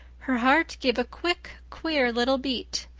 her heart gave a quick, queer little beat.